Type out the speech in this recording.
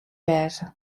wêze